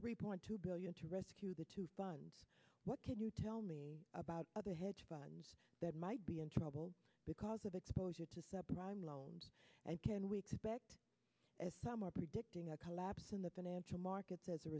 three point two billion to rescue the two fund what can you tell me about other hedge funds that might be in trouble because of exposure to sub prime loans and can we expect as some are predicting a collapse in the financial markets as a